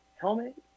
helmet